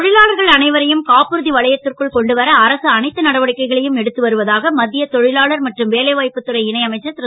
தொ லாளர்கள் அனைவரையும் காப்புறு வளையத் ற்குள் கொண்டு வர அரசு அனைத்து நடவடிக்கைகளையும் எடுத்து வருவதாக மத் ய தொ லாளர் மற்றும் வேலைவா ப்பு துறை இணை அமைச்சர் ரு